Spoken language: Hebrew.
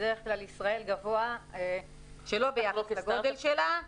בדרך כלל ישראל גבוהה שלא ביחס לגודל שלה.